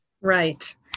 Right